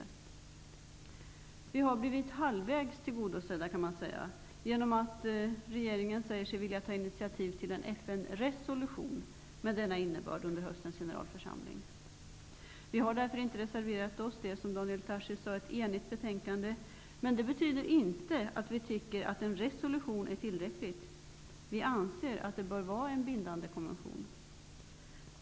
Man kan säga att vi har blivit halvvägs tillgodosedda genom att regeringen säger sig vilja ta initiativ till en FN resolution med denna innebörd under höstens generalförsamling. Vi har därför inte reserverat oss. Det är som Daniel Tarschys sade ett enigt utskott som står bakom betänkandet. Men det betyder inte att vi tycker att det är tillräckligt med en resolution. Vi anser att det bör vara en bindande konvention.